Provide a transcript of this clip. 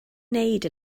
wneud